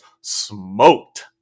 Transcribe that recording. smoked